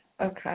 okay